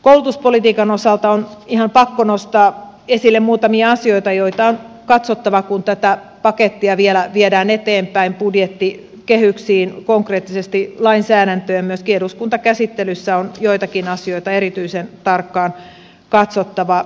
koulutuspolitiikan osalta on ihan pakko nostaa esille muutamia asioita joita on katsottava kun tätä pakettia vielä viedään eteenpäin budjettikehyksiin konkreettisesti lainsäädäntöön ja myöskin eduskuntakäsittelyssä on joitakin asioita erityisen tarkkaan katsottava